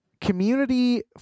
community